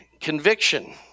conviction